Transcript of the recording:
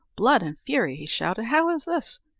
blood and fury, he shouted how is this?